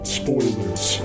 spoilers